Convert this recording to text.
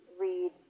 read